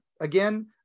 again